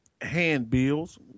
handbills